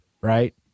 Right